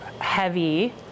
heavy